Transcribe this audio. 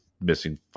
missing